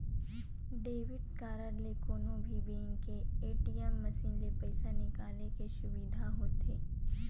debit card ले कोनो भी बेंक के ए.टी.एम मसीन ले पइसा निकाले के सुबिधा होथे